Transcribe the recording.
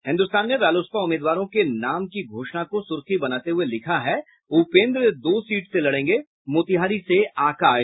हिन्दुस्तान ने रालोसपा उम्मीदवारों के नाम की घोषणा को सुर्खी बनाते हुए लिखा है उपेन्द्र दो सीट से लड़ेंगे मोतिहारी से आकाश